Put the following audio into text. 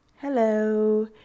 Hello